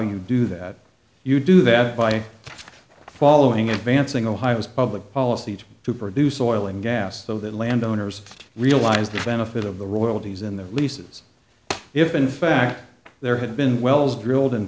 you do that you do that by following advancing ohio's public policy to produce oil and gas so that landowners realize the benefit of the royalties in the leases if in fact there had been wells drilled and